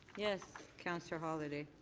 yes, councillor holyday.